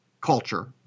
culture